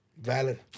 Valid